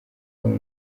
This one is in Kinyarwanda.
kuba